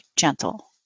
gentle